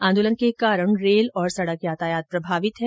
आंदोलन के कारण रेल और सड़क यातायात प्रभावित हो रहा है